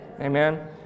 Amen